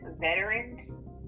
veterans